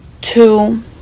two